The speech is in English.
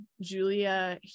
Julia